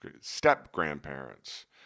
step-grandparents